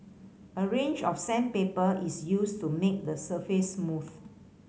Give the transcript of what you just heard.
a range of sandpaper is used to make the surface smooth